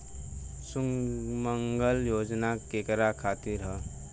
सुमँगला योजना केकरा खातिर ह?